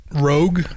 rogue